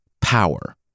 power